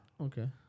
Okay